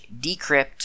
decrypt